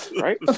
Right